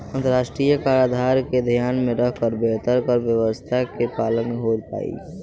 अंतरराष्ट्रीय कराधान के ध्यान में रखकर बेहतर कर व्यावस्था के पालन हो पाईल